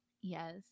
Yes